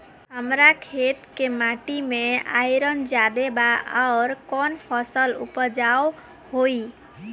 हमरा खेत के माटी मे आयरन जादे बा आउर कौन फसल उपजाऊ होइ?